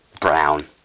brown